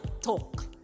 talk